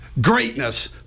greatness